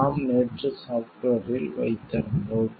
நாம் நேற்று சாஃப்ட்வேரில் வைத்திருந்தோம்